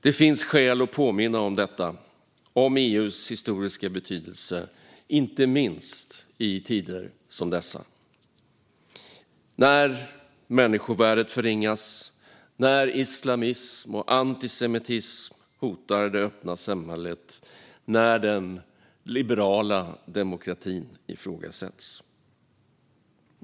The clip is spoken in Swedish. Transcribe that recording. Det finns skäl att påminna om EU:s historiska betydelse, inte minst i tider som dessa när människovärdet förringas, när islamism och antisemitism hotar det öppna samhället och när den liberala demokratin ifrågasätts.